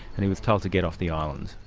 and he was told to get off the island.